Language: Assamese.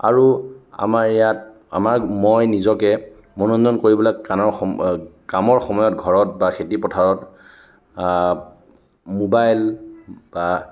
আৰু আমাৰ ইয়াত আমাৰ মই নিজকে মনোৰঞ্জন কৰিবলৈ কাণৰ কামৰ সময়ত ঘৰত বা খেতিপথাৰত মোবাইল বা